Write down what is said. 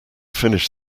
finish